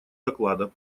доклада